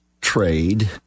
trade